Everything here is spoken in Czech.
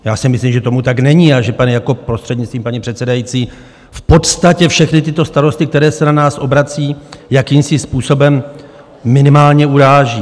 Já si myslím, že tomu tak není, a že pan Jakob, prostřednictvím paní předsedající, v podstatě všechny tyto starosty, kteří se na nás obrací, jakýmsi způsobem minimálně uráží.